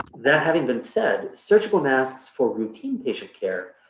that having been said, surgical masks for routine patient care,